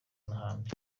n’ahandi